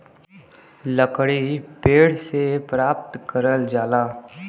लकड़ी पेड़ से प्राप्त करल जाला